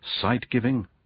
sight-giving